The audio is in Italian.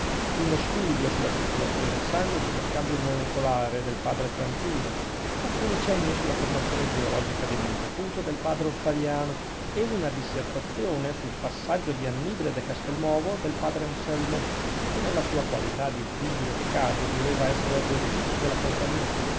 uno studio sulla circolazione del sangue e sullo scambio molecolare del padre tranquillo alcuni cenni sulla formazione geologica di monte acuto del padre ottaviano e una dissertazione sul passaggio di annibale da castelnuovo del padre anselmo che nella sua qualità di bibliotecario doveva essere l'erudito della compagnia